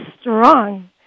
strong